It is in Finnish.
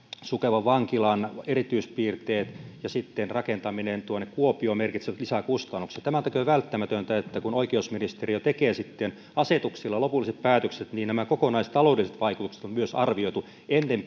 sukevan vankilan erityispiirteet ja rakentaminen kuopioon merkitsevät lisäkustannuksia tämän takia on välttämätöntä että kun oikeusministeriö tekee asetuksilla lopulliset päätökset niin nämä kokonaistaloudelliset vaikutukset on myös arvioitu ennen